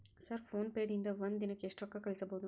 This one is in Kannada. ಸರ್ ಫೋನ್ ಪೇ ದಿಂದ ಒಂದು ದಿನಕ್ಕೆ ಎಷ್ಟು ರೊಕ್ಕಾ ಕಳಿಸಬಹುದು?